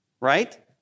right